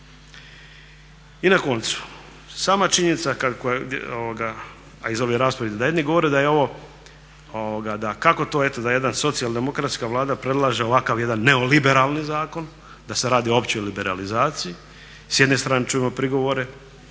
I na koncu sama činjenica, a iz ove rasprave govore da je ovo da kako to eto da jedna socijaldemokratska Vlada predlaže ovakav jedan neoliberalni zakon, da se radi o općoj liberalizaciji. S jedne strane čujemo prigovore